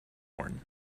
corn